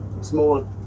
small